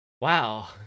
wow